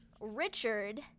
Richard